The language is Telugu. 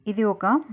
ఇది ఒక